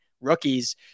rookies